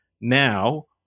now